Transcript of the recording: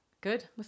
good